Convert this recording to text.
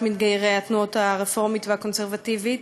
מתגיירי התנועות הרפורמית והקונסרבטיבית,